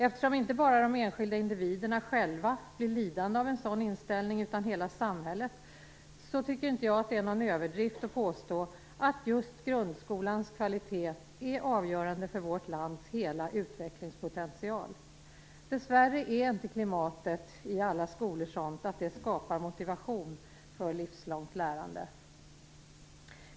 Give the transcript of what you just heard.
Eftersom inte bara de enskilda individerna själva blir lidande av en sådan inställning utan hela samhället tycker inte jag att det är någon överdrift att påstå att just grundskolans kvalitet är avgörande för vårt lands hela utvecklingspotential. Dessvärre är inte klimatet i alla skolor sådant att det skapar motivation för livslångt lärande.